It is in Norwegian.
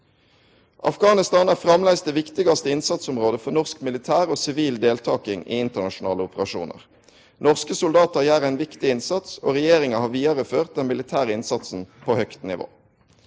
Afghanistan er framleis det viktigaste innsatsområdet for norsk militær og sivil deltaking i internasjonale operasjonar. Norske soldatar gjer ein viktig innsats, og regjeringa har vidareført den militære innsatsen på høgt nivå.